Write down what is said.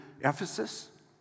Ephesus